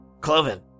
Cloven